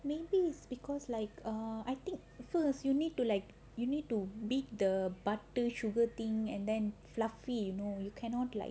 maybe is because like err I think first you need to like you need to beat the butter sugar thing and then fluffy you know you cannot like